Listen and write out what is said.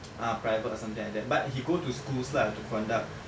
ah private or something like that but he go to schools lah to conduct